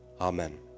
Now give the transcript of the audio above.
Amen